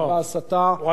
חבר הכנסת צרצור,